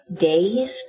days